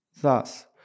Thus